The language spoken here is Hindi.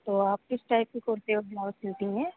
तो आप किस टाइप के कुर्ते और ब्लाउज सिलती हैं